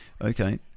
Okay